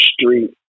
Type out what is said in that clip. street